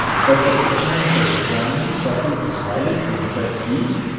but that the science of astronomy suffered the slightest in prestige?